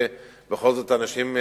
שאנשים,